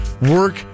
Work